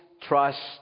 trust